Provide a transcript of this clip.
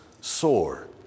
sore